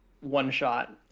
one-shot